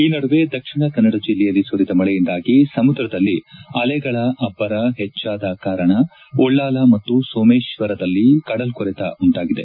ಈ ನಡುವೆ ದಕ್ಷಿಣ ಕನ್ನಡ ಜಿಲ್ಲೆಯಲ್ಲಿ ಸುರಿದ ಮಳೆಯಿಂದಾಗಿ ಸಮುದ್ರದಲ್ಲಿ ಅಲೆಗಳ ಅಬ್ಬರ ಹೆಚ್ಚಾದ ಕಾರಣ ಉಳ್ಳಾಲ ಮತ್ತು ಸೋಮೇಶ್ವರದಲ್ಲಿ ಕಡಲ್ಕೊರೆತ ಉಂಟಾಗಿದೆ